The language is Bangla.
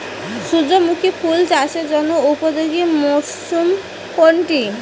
সূর্যমুখী ফুল চাষের জন্য উপযোগী মরসুম কোনটি?